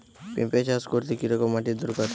পেঁপে চাষ করতে কি রকম মাটির দরকার?